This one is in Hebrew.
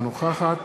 אינה נוכחת